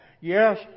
yes